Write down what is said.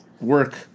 work